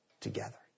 together